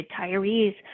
retirees